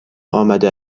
آمده